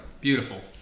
Beautiful